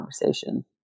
conversation